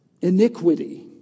iniquity